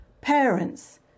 parents